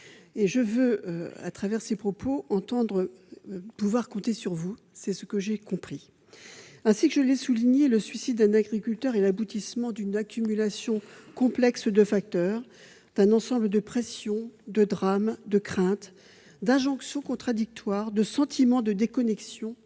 Je veux croire que nous pouvons compter sur vous ; c'est ce que j'ai compris de vos paroles. Ainsi que je l'ai déjà souligné, le suicide d'un agriculteur est l'aboutissement d'une accumulation complexe de facteurs, d'un ensemble de pressions, de drames, de craintes, d'injonctions contradictoires et de sentiments de déconnexion,